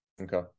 Okay